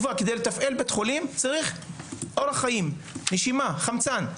כדי לתפעל בית חולים צריך אורך חיים, נשימה, חמצן.